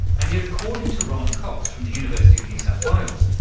and yet according to ron cox, from the university of new south wales,